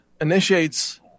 initiates